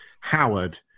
Howard